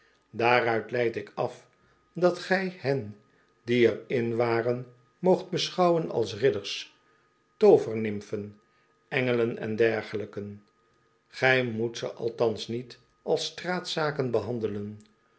daaruit leid ik af dat gij hen die er in waren moogt beschouwen alsridders toovernimfen engelen en dergelijken gij moet ze althans niet als straatzaken behandelen